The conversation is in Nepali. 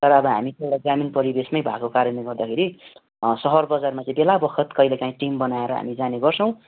तर अब हामी चाहिँ एउटा ग्रामीण परिवेशमै भएको कारणले गर्दाखेरि सहर बजारमा चाहिँ बेला बखत कहिले काहीँ टिम बनाएर हामी जाने गर्छौँ